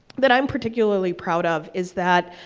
that i'm particularly proud of, is that,